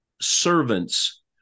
servants